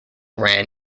ran